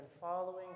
following